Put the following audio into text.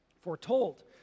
foretold